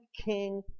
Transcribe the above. king